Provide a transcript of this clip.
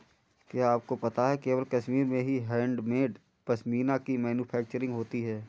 क्या आपको पता है केवल कश्मीर में ही हैंडमेड पश्मीना की मैन्युफैक्चरिंग होती है